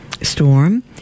storm